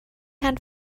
had